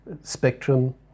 spectrum